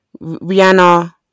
Rihanna